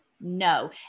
No